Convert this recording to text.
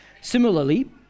Similarly